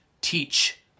teach